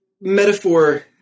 metaphor